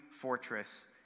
fortress